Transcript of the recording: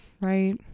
right